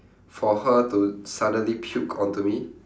for her to suddenly puke onto me